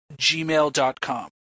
gmail.com